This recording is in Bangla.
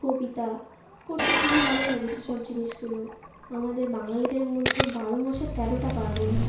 কবিতা পড়তে খুবই ভালো লাগে সে সব জিনিসগুলো আমাদের বাঙালিদের মধ্যে বারো মাসে তেরোটা পার্বণ হয়